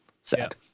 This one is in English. Sad